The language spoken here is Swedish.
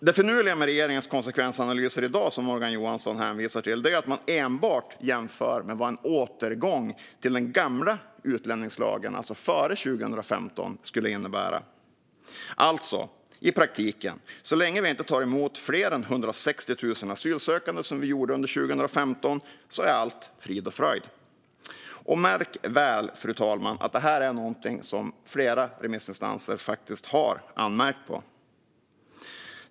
Det finurliga med regeringens konsekvensanalyser i dag, som Morgan Johansson hänvisar till, är att man enbart jämför med vad en återgång till den gamla utlänningslagen skulle innebära. I praktiken betyder detta att så länge vi inte tar emot fler än 160 000 asylsökande, som vi gjorde under 2015, är allt frid och fröjd. Märk väl, fru talman, att detta är något som även flera remissinstanser har anmärkt på.